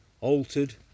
altered